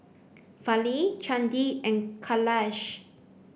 Gali Chandi and kailash